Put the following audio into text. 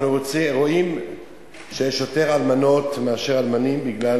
אנחנו רואים שיש יותר אלמנות מאלמנים, כי,